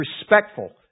respectful